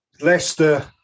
Leicester